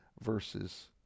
verses